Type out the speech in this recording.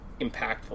impactful